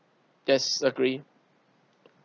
yes agree